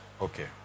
Okay